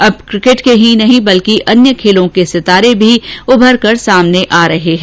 अब क्रिकेट के ही नहीं बल्कि अन्य खेलों के सितारे भी उभरकर सामने आ रहे हैं